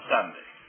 Sunday